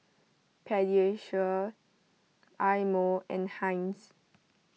Pediasure Eye Mo and Heinz